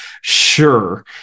sure